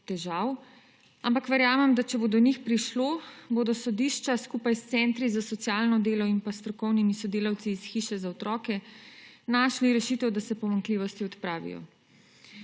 težav, ampak verjamem, da če bo do njih prišlo, bodo sodišča skupaj s centri za socialno delo in strokovnimi sodelavci iz hiše za otroke našli rešitev, da se pomanjkljivosti odpravijo.